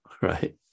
Right